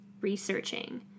researching